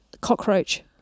cockroach